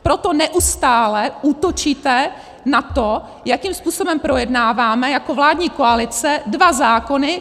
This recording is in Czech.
Proto neustále útočíte na to, jakým způsobem projednáváme jako vládní koalice dva zákony.